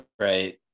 right